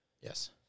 Yes